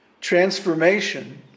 transformation